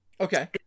Okay